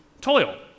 toil